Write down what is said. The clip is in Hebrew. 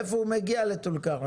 איך הגיע לטול כרם?